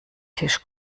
tisch